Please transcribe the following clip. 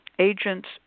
agents